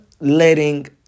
letting